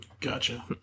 Gotcha